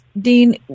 Dean